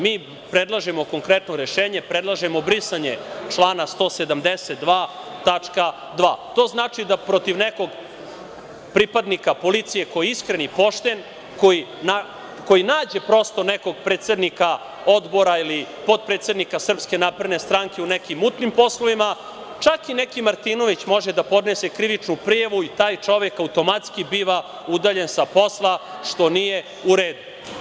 Mi predlažemo konkretno rešenje, predlažemo brisanje člana 172. tačka 2. To znači da protiv nekog pripadnika policije koji je iskren i pošten, koji nađe nekog predsednika odbora ili potpredsednika SNS u nekim mutnim poslovima, čak i neki Martinović može da podnese krivičnu prijavu i taj čovek automatski biva udaljen sa posla, što nije u redu.